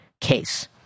case